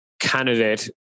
candidate